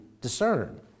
discern